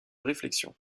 réflexion